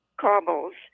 cobbles